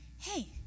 hey